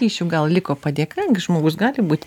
kyšių gal liko padėka gi žmogus gali būti